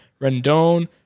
Rendon